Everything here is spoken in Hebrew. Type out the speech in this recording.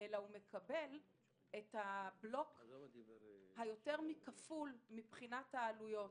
אלא הוא מקבל את הבלוק היותר מכפול מבחינת העלויות.